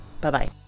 Bye-bye